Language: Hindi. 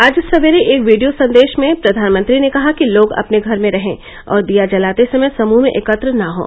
आज सवेरे एक वीडियों संदेश में प्रधानमंत्री ने कहा कि लोग अपने घर में रहे और दिया जलाते समय समूह में एकत्र न हों